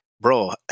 Bro